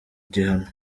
igihano